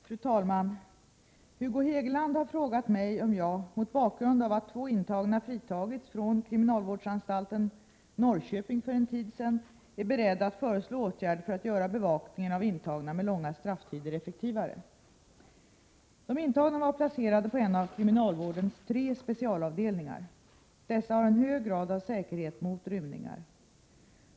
Fru talman! Hugo Hegeland har frågat mig om jag — mot bakgrund av att två intagna fritogs från kriminalvårdsanstalten Norrköping för en tid sedan — är beredd att föreslå åtgärder för att göra bevakningen av intagna med långa strafftider effektivare. De intagna var placerade på en av kriminalvårdens tre specialavdelningar. Dessa har en hög grad av säkerhet mot rymningar.